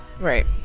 Right